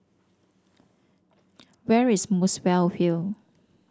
where is Muswell Hill